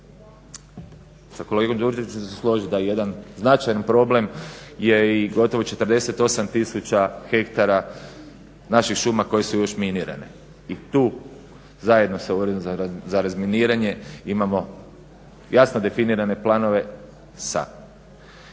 Sa kolegom Đurđevićem ću se složiti da jedan značajan problem je i gotovo 48 tisuća hektara naših šuma koje su još minirane. I tu zajedno sa Uredom za razminiranje imamo jasno definirane planove sa